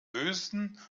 bösen